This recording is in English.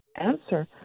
answer